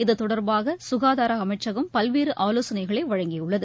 இது தொடர்பாக சுகாதார அமைச்சகம் பல்வேறு ஆலோசனைகளை வழங்கியுள்ளது